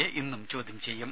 A ഇന്നും ചോദ്യം ചെയ്യും